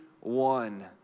one